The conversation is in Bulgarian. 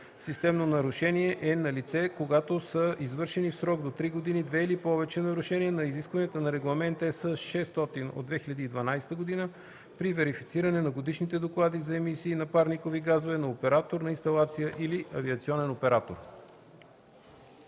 „Системно нарушение” е налице, когато са извършени в срок до три години две или повече нарушения на изискванията на Регламент (ЕС) № 600/2012 при верифициране на годишните доклади за емисии на парникови газове на оператор на инсталация или авиационен оператор.”